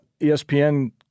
ESPN